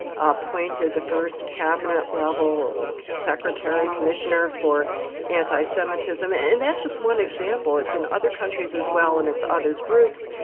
appointed the first cabinet-level secretary commissioner for anti-semitism. and that's just one example. it's in other countries as well. and it's other groups.